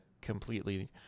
completely